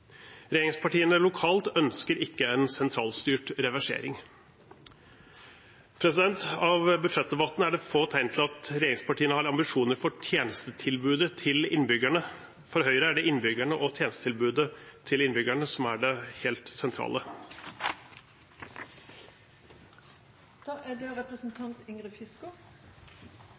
Regjeringspartiene lokalt ønsker ikke en sentralstyrt reversering. I budsjettdebatten er det få tegn til at regjeringspartiene har ambisjoner for tjenestetilbudet til innbyggerne. For Høyre er det innbyggerne og tjenestetilbudet til innbyggerne som er det helt